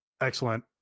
excellent